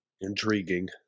Intriguing